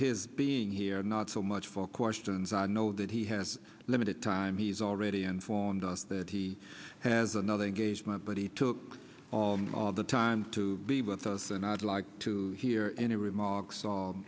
his being here not so much for questions i know that he has limited time he's already informed us that he has another engagement but he took all of the time to be with us and i'd like to hear any remarks